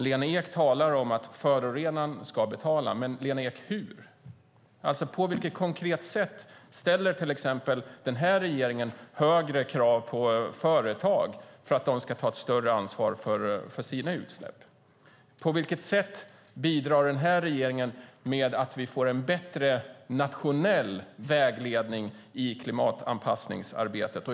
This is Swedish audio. Lena Ek talar om att förorenaren ska betala. Men hur? På vilket konkret sätt ställer den här regeringen till exempel högre krav på företag för att de ska ta ett större ansvar för sina utsläpp? På vilket sätt bidrar den här regeringen till att vi får en bättre nationell vägledning i klimatanpassningsarbetet?